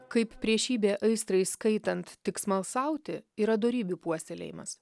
kaip priešybė aistrai skaitant tik smalsauti yra dorybių puoselėjimas